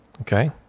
okay